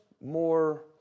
more